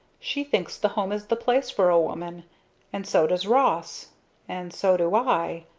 she thinks the home is the place for a woman and so does ross and so do i,